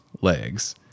legs